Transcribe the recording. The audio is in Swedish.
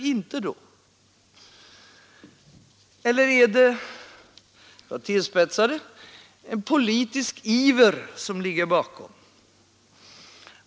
Eller är det — jag tillspetsar det — politisk iver som ligger bakom?